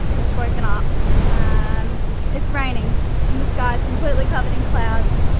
just woken up and it's raining and the sky is completely covered in clouds.